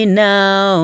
now